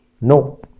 No